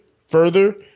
further